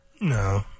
No